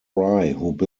built